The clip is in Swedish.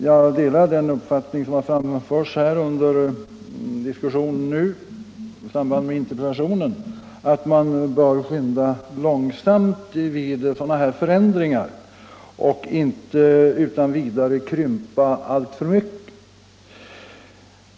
Jag delar den uppfattning, som har framförts här under diskussionen i samband med interpellationssvaret, att man bör skynda långsamt vid sådana här förändringar och inte utan vidare krympa lärarutbildningen alltför mycket.